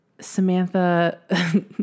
Samantha